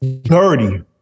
dirty